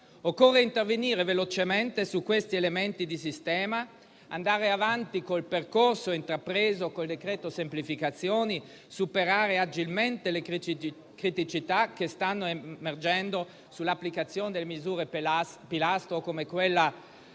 Occorre intervenire velocemente su questi elementi di sistema, andare avanti col percorso intrapreso con il decreto semplificazioni, superare agilmente le criticità che stanno emergendo sull'applicazione delle misure pilastro, come quella